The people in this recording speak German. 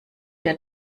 der